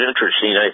interesting